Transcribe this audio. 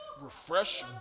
Refresh